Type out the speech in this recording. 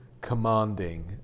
commanding